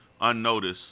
unnoticed